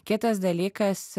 kitas dalykas